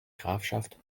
grafschaft